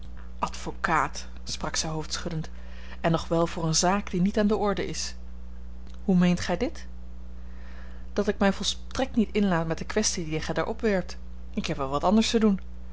advocaat sprak zij hoofdschuddend en nog wel voor eene zaak die niet aan de orde is hoe meent gij dit dat ik mij volstrekt niet inlaat met de kwestie die gij daar opwerpt ik heb wel wat anders te doen